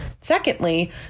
Secondly